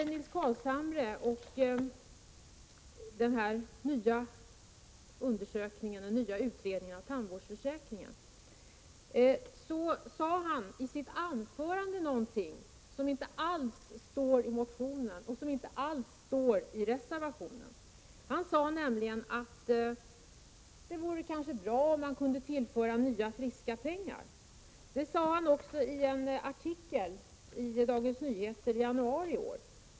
Nils Carlshamre sade i sitt anförande angående den nya utredningen av tandvårdsförsäkringen något som inte alls står i motionen och inte heller i reservationen. Han sade nämligen att det kanske vore bra om man kunde tillföra nya friska pengar. Det hade han också skrivit i en artikel i Dagens Nyheter i januari i år.